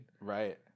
Right